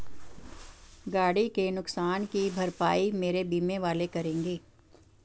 गाड़ी के नुकसान की भरपाई मेरे बीमा वाले करेंगे